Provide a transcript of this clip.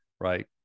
right